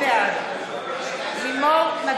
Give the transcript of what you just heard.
בעד פטין מולא,